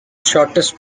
shortest